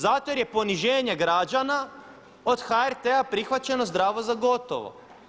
Zato jer je poniženje građana od HRT-a prihvaćeno zdravo za gotovo.